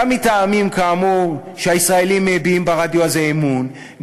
גם מטעמים כאמור שהישראלים מביעים ברדיו הזה אמון,